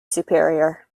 superior